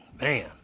man